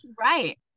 right